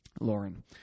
Lauren